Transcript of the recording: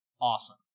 awesome